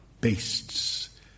beasts